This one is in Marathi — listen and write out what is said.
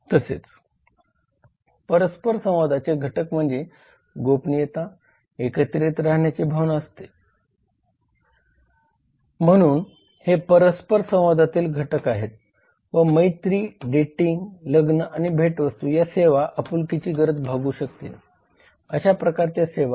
तसेच परस्पर संवादाचे घटक म्हणजे गोपनीयता एकत्रित राहण्याची भावना असते म्हणून हे परस्पर संवादातील घटक आहेत व मैत्री डेटिंग लग्न आणि भेटवस्तू या सेवा आपुलकीची गरज भागवू शकतील अशा प्रकारच्या सेवा आहेत